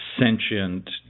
sentient